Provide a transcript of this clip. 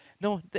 no